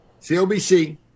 COBC